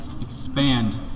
expand